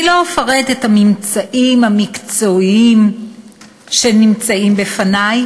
אני לא אפרט את הממצאים המקצועיים שנמצאים בפני,